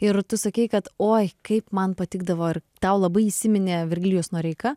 ir tu sakei kad oi kaip man patikdavo ar tau labai įsiminė virgilijus noreika